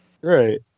Right